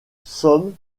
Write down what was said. somme